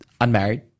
unmarried